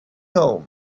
home